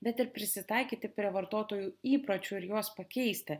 bet ir prisitaikyti prie vartotojų įpročių ir juos pakeisti